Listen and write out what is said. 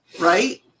right